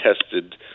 tested